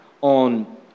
on